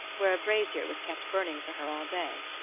where a brazier was kept burning for her all day.